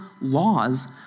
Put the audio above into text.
laws